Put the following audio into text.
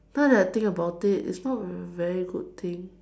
now that I think about it it's not a very good thing